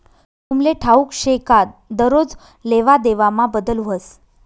तुमले ठाऊक शे का दरोज लेवादेवामा बदल व्हस